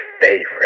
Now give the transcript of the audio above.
favorite